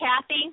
Kathy